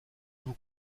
vous